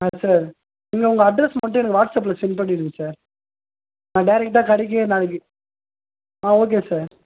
ஆ சரி நீங்கள் உங்கள் அட்ரஸ் மட்டும் எனக்கு வாட்ஸப்ல செண்ட் பண்ணிடுங்க சார் நான் டேரைக்ட்டாக கடைக்கே நாளைக்கு ஆ ஓகே சார்